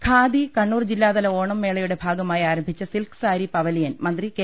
ഖാദി കണ്ണൂർ ജില്ലാതല ഓണം മേളയുടെ ഭാഗമായി ആരം ഭിച്ച സിൽക്സാരി പവലിയൻ മന്ത്രി കെ